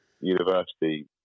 university